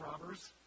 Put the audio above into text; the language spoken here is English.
robbers